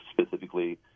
specifically